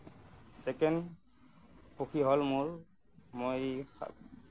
second সুখী হ'ল মোৰ মই